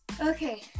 Okay